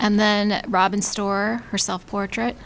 and then robin store herself portrait